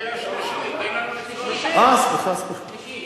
תן לנו קריאה שלישית, שלישית.